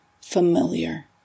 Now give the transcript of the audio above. familiar